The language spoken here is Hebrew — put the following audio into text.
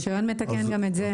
הרישיון מתקן גם את זה.